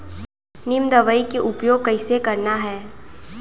नीम दवई के उपयोग कइसे करना है?